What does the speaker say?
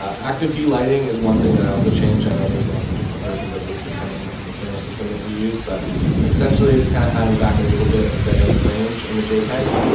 active delighting is one thing that i also change. i know there's lots of different versions of this depending on the camera system that you use, but essentially it's kind of adding back a little bit of dynamic range in the jpegs,